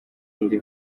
ndi